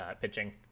pitching